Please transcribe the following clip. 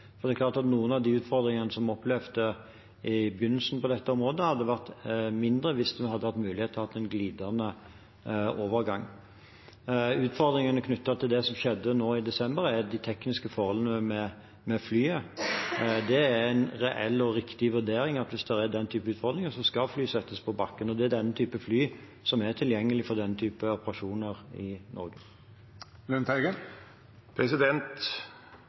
Det er klart at noen av de utfordringene som vi opplevde på dette området i begynnelsen, hadde vært mindre hvis vi hadde hatt mulighet til å ha en glidende overgang. Utfordringene knyttet til det som skjedde nå i desember, er de tekniske forholdene med flyet. Det er en reell og riktig vurdering at hvis det er den typen utfordringer, skal fly settes på bakken. Og det er denne typen fly som er tilgjengelig for denne typen operasjoner i Norge.